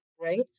right